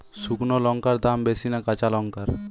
শুক্নো লঙ্কার দাম বেশি না কাঁচা লঙ্কার?